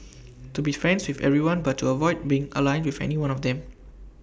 to be friends with everyone but to avoid being aligned with any one of them